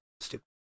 stupid